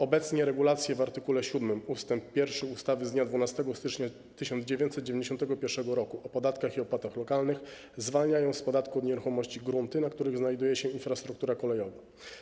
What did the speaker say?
Obecnie regulacje w art. 7 ust. 1 ustawy z dnia 12 stycznia 1991 r. o podatkach i opłatach lokalnych zwalniają z podatku od nieruchomości grunty, na których znajduje się infrastruktura kolejowa.